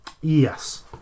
Yes